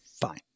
fine